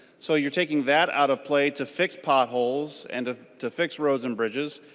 so you are taking that out of play to fix potholes and ah to fix roads and bridges.